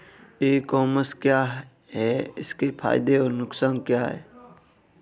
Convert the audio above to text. ई commerce क्या है इसके फायदे और नुकसान क्या है?